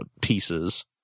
pieces